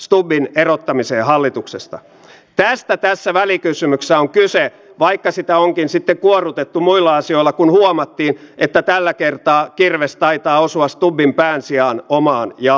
tein asiasta kirjallisen kysymyksen edellisellä kaudella ja internetin välityksellähän nämä hoituvat mutta täällä on tänäänkin puhuttu siitä että eivät kaikki ikäihmiset ole siellä netissä eikä pidäkään olla